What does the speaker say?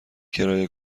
کرایه